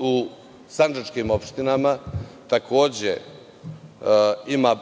u sandžančkim opštinama, takođe, ima